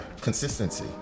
consistency